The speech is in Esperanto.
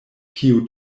kiu